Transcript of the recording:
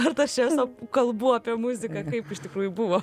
artašeso kalbų apie muziką kaip iš tikrųjų buvo